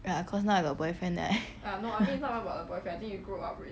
ya cause now I got boyfriend then I